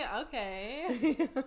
Okay